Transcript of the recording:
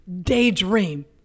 Daydream